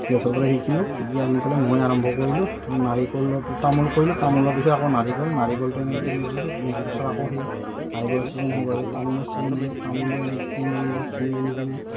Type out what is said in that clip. সিহঁতৰপৰাই শিকিলোঁ শিকি আনি পেলাই ময়ে আৰম্ভ কৰিলোঁ তাৰপৰা নাৰিকলৰ তামোল কৰিলোঁ তামোলৰ পিছত আকৌ নাৰিকল নাৰিকলটো এনেকৈ নেক্স বছৰ আকৌ সেই নাৰিকলৰ চিজন শেষ হোৱাৰ পিছত তামোলৰ ছিজন আহিল তামোলো এনেকৈ কিনি আনিলোঁ কিনি আনি কিনে